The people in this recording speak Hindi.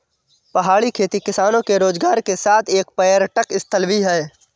पहाड़ी खेती किसानों के रोजगार के साथ एक पर्यटक स्थल भी है